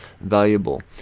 valuable